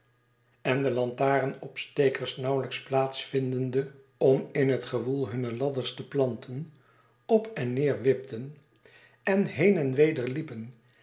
en de lantarenopstekers nauwelijks plaats vindende om in het gewoel hunne ladders te planten op en neer wipten en heen en weder liepen